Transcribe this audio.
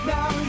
Now